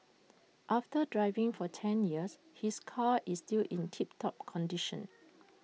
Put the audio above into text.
after driving for ten years his car is still in tip top condition